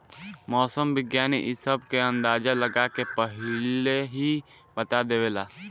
मौसम विज्ञानी इ सब के अंदाजा लगा के पहिलहिए बता देवेला